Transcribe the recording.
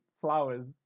flowers